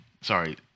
sorry